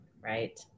right